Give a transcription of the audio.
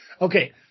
okay